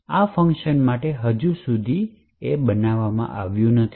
આ ફંકશન માટે હજી સુધી બનાવવામાં આવ્યું નથી